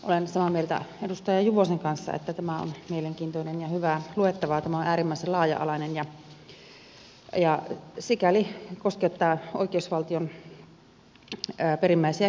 olen samaa mieltä edustaja juvosen kanssa että tämä on mielenkiintoista ja hyvää luettavaa tämä on äärimmäisen laaja alainen ja sikäli koskettaa oikeusvaltion perimmäisiä kysymyksiä